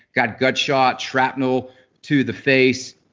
got gunshot, shrapnel to the face,